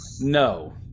No